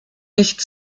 nicht